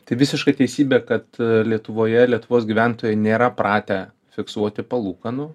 tai visiška teisybė kad lietuvoje lietuvos gyventojai nėra pratę fiksuoti palūkanų